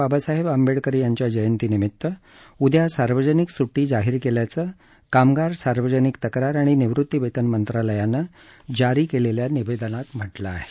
बाबासाहेब आंबेडकर यांच्या जयंती निमित्त उद्या सार्वजनिक सुट्टी जाहीर केल्याचं कामगार सार्वजनिक तक्रार आणि निवृत्तीवेतन मंत्रालयानं जारी केलेल्या निवेदनात म्हटलं आहे